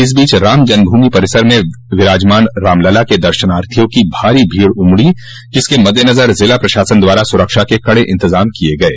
इस बीच राम जन्मभूमि परिसर में विराजमान रामलला के दर्शनार्थियों की भारी भीड़ उमड़ी जिसके मद्देनज़र जिला प्रशासन द्वारा सुरक्षा के कड़े इंतजाम किये गये